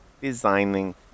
Designing